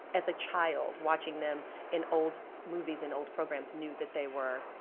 as a child, watching them in old movies and old programs, knew that they were,